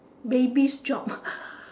baby's job